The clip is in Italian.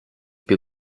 più